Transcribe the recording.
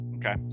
Okay